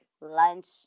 lunch